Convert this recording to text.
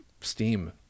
steam